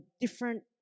Different